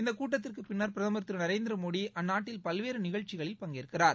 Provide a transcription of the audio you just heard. இந்த கூட்டத்திற் பின்னர் பிரதமர் திரு நரேந்திர மோடி அந்நாட்டில் பல்வேறு நிகழ்ச்சிகளில் பங்கேற்கிறார்